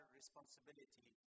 responsibility